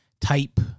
type